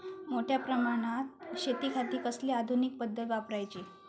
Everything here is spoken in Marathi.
मोठ्या प्रमानात शेतिखाती कसली आधूनिक पद्धत वापराची?